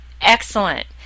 excellent